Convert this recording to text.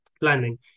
planning